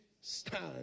stand